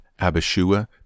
Abishua